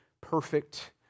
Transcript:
perfect